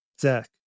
Zach